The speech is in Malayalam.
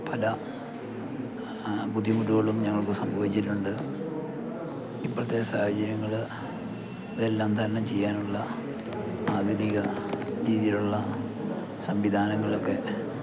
പല ബുദ്ധിമുട്ടുകളും ഞങ്ങൾക്ക് സംഭവിച്ചിട്ടുണ്ട് ഇപ്പഴത്തെ സാഹചര്യങ്ങള് ഇതെല്ലാം തരണം ചെയ്യാനുള്ള ആധുനിക രീതിയിലുള്ള സംവിധാനങ്ങളൊക്കെ